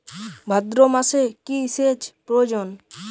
ভাদ্রমাসে কি সেচ প্রয়োজন?